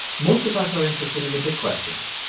most of us are interested in the big questions.